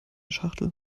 schachtel